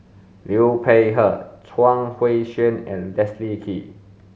Liu Peihe Chuang Hui Tsuan and Leslie Kee